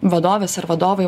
vadovės ar vadovai